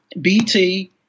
BT